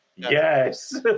yes